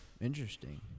Interesting